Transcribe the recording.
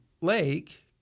lake